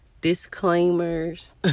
disclaimers